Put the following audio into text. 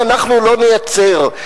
אם אנחנו לא נייצר,